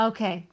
Okay